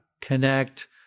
Connect